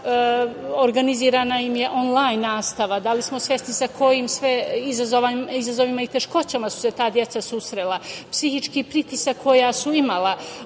Organizovana im je onlajn nastava. Da li smo svesni sa kojim sve izazovima i teškoćama su se ta deca susrela? Psihički pritisak koji su imala